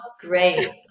great